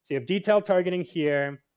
have detailed targeting here